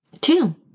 Two